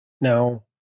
now